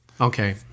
Okay